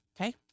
Okay